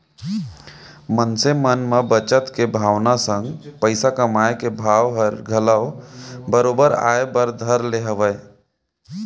मनसे मन म बचत के भावना संग पइसा कमाए के भाव हर घलौ बरोबर आय बर धर ले हवय